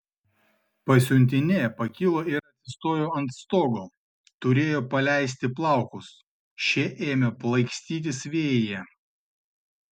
pasiuntinė pakilo ir atsistojo ant stogo turėjo paleisti plaukus šie ėmė plaikstytis vėjyje